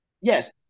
Yes